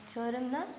चोरं न